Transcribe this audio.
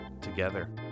together